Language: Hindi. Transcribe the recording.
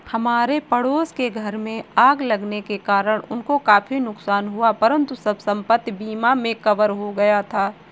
हमारे पड़ोस के घर में आग लगने के कारण उनको काफी नुकसान हुआ परंतु सब संपत्ति बीमा में कवर हो गया था